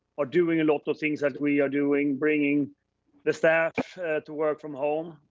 are doing a lot of things that we are doing, bringing the staff to work from home,